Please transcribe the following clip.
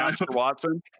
Watson